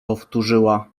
powtórzyła